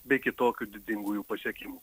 bei kitokių didingųjų pasiekimų